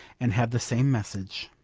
and have the same message.